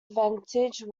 advantage